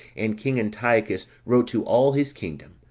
and king antiochus wrote to all his kingdom,